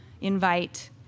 invite